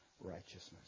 righteousness